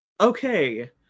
Okay